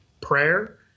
prayer